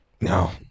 no